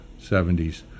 70s